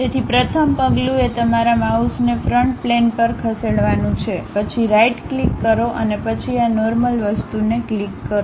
તેથી પ્રથમ પગલું એ તમારા માઉસને ફ્રન્ટ પ્લેન પર ખસેડવાનું છે પછી રાઈટ ક્લિક કરો અને પછી આ નોર્મલ વસ્તુને ક્લિક કરો